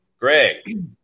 Greg